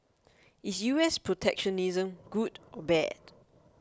is U S protectionism good or bad